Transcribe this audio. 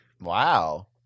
Wow